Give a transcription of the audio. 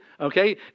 okay